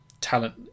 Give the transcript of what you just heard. talent